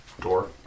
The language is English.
Door